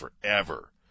forever